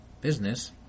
business